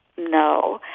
no.